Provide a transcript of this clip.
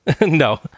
no